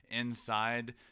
Inside